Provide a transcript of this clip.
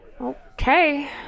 Okay